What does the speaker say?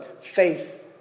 faith